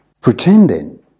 pretending